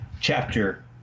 chapter